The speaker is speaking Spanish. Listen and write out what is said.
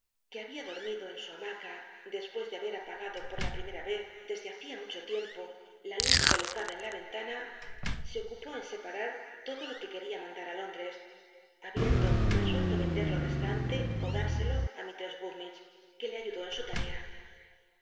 que había dormido en su hamaca dcspucs de babcr apagado por la primcra cz desde hacia mucho tiempo la luz colocada en la ventana so ocupó en scparar todo lo que quería mandar i lóndrcs habiendo resuello vendcl lo restante ó dárselo á mistrcss gummidgc que le ayudó en su larca